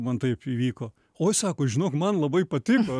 man taip įvyko oi sako žinok man labai patiko